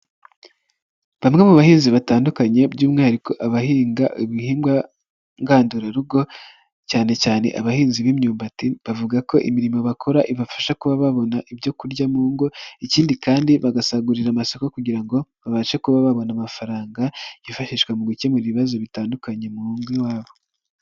Bamwe mu bahinzi batandukanye by'umwihariko abahinga ibihingwa ngandurarugo cyane cyane abahinzi b'imyumbati, bavuga ko imirimo bakora ibafasha kuba babona ibyo kurya mu ngo, ikindi kandi bagasagurira amasoko kugira ngo babashe kuba babona amafaranga yifashishwa mu gukemura ibibazo bitandukanye mu ngo iwabo.